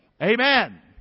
Amen